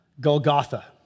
Golgotha